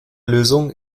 lösung